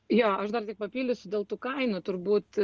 jo aš dar tik papildysiu dėl tų kainų turbūt